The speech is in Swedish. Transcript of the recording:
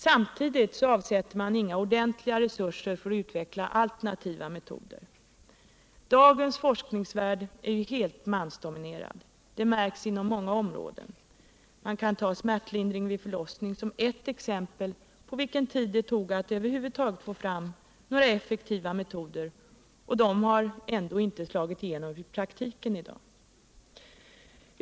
Samtidigt avsätter man inga ordentliga resurser för att utveckla alternativa metoder. Dagens forskningsvärld är helt mansdominerad — det märks inom många områden. Man kan ta smärtlindringen vid förlossning som ett exempel på vilken tid det tog att över huvud taget få fram några effektiva metoder — och de har ändå inte slagit igenom i praktiken i dag.